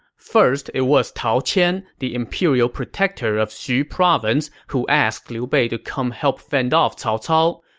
first it was tao qian, the imperial protector of xu province who asked liu bei to come help fend off cao cao.